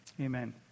Amen